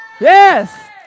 Yes